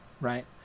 right